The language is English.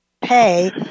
pay